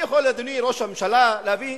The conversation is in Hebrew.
אני יכול, אדוני ראש הממשלה, להבין